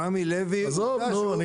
עזוב נו,